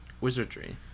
Wizardry